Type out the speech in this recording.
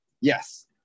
yes